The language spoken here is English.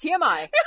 TMI